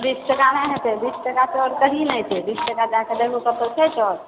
बीस टकामे हेतै बीस टका कही नहि छै बीस टका जाकऽ देखहु कतहुँ छै चाउर